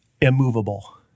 immovable